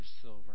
silver